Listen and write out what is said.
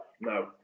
no